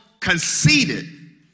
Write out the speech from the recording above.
conceited